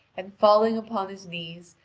and failing upon his knees,